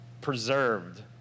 Preserved